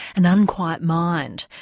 an unquiet mind,